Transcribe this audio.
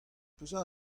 peseurt